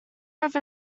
have